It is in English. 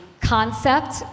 concept